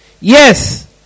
Yes